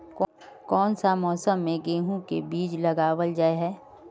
कोन सा मौसम में गेंहू के बीज लगावल जाय है